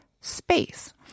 space